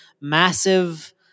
massive